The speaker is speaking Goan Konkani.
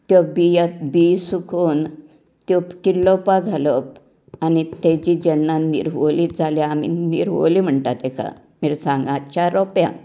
त्यो बियां त्यो बियो सुकोवन त्यो किल्लोवपाक घालप आनी तेची जेन्ना निरवली जाल्यो आमी निरवली म्हणटात तेका मिरसांगाच्या रोप्याक